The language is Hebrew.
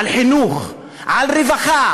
על חינוך, על רווחה,